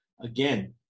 Again